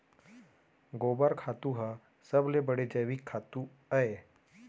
गोबर खातू ह सबले बड़े जैविक खातू अय